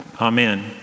Amen